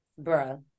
Bruh